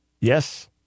Yes